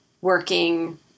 working